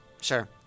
sure